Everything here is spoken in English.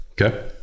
okay